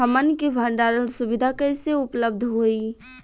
हमन के भंडारण सुविधा कइसे उपलब्ध होई?